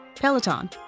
Peloton